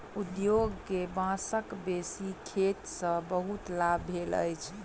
उद्योग के बांसक बेसी खेती सॅ बहुत लाभ भेल अछि